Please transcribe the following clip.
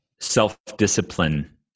self-discipline